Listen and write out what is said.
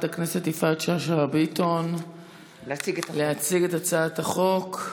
הכנסת יפעת שאשא ביטון להציג את הצעת החוק,